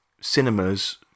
cinemas